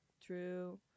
true